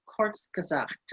Kurzgesagt